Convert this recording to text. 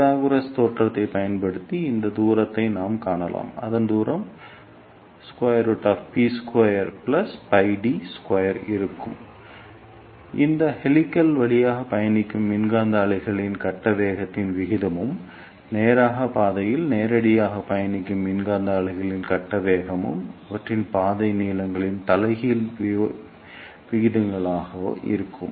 Pythagoras தேற்றத்தைப் பயன்படுத்தி அந்த தூரத்தை நாம் காணலாம் அந்த தூரம் இருக்கும் இப்போது இந்த ஹெலிக்ஸ் வழியாக பயணிக்கும் மின்காந்த அலைகளின் கட்ட வேகத்தின் விகிதமும் நேராக பாதையில் நேரடியாக பயணிக்கும் மின்காந்த அலைகளின் கட்ட வேகமும் அவற்றின் பாதை நீளங்களின் தலைகீழ் விகிதங்களாக இருக்கும்